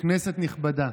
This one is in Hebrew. כנסת נכבדה,